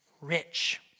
rich